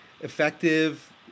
effective